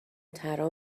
ترا